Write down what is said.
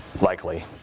likely